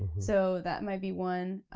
so that might be one.